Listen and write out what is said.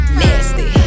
nasty